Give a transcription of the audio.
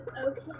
Okay